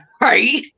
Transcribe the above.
Right